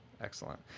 Excellent